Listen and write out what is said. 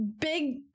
big